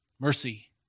mercy